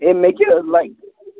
ہے مےٚ کیٛاہ حظ لَگہِ